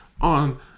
On